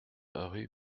rue